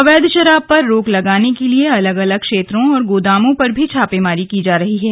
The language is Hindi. अवैध शराब पर रोक लगाने के लिए अलग अलग क्षेत्रों और गोदामों पर भी छापामारी की जा रही है